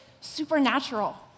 supernatural